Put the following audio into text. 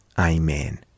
Amen